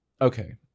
okay